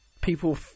people